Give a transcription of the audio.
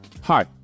hi